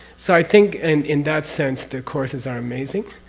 so i think and in that sense the courses are amazing